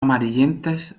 amarillentas